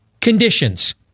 conditions